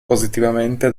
positivamente